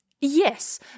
Yes